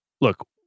look